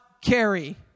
carry